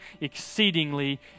exceedingly